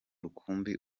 rukumbi